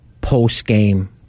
post-game